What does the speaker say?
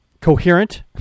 Coherent